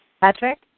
Patrick